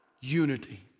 Unity